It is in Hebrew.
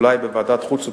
אולי בוועדת החוץ והביטחון.